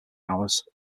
hours